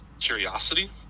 curiosity